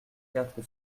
quatre